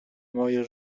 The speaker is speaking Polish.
moje